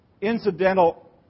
incidental